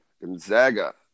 Gonzaga